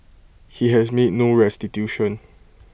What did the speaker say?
he has made no restitution